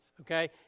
Okay